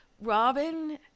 Robin